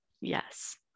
Yes